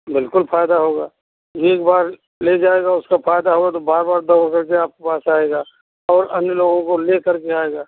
बिल्कुल फ़ायदा होगा एक बार ले जाएगा उसका फ़ायदा होगा तो बार बार दौड़ करके आपके पास आएगा और अन्य लोगों को ले करके आएगा